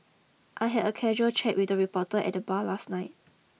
I had a casual chat with a reporter at the bar last night